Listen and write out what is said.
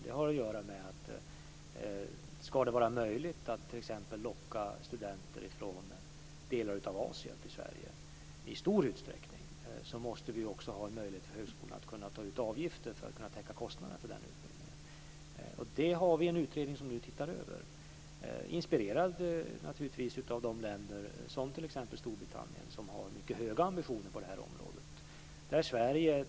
Det har att göra med att om det ska vara möjligt att locka studenter från delar av Asien till Sverige i stor utsträckning, måste vi också ha en möjlighet för högskolorna att ta ut avgifter för att täcka kostnaderna för den utbildningen. Det har vi en utredning som nu tittar över. Här är vi inspirerade av de länder, t.ex. Storbritannien, som har mycket höga ambitioner på det här området.